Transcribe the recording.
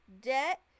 debt